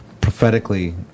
prophetically